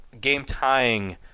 game-tying